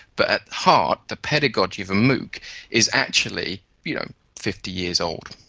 but at heart the pedagogy of a mooc is actually you know fifty years old.